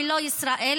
ולא ישראל,